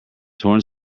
torn